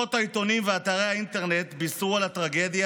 כותרות העיתונים ואתרי האינטרנט בישרו על הטרגדיה,